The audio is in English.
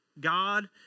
God